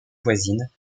voisines